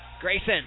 Grayson